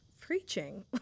preaching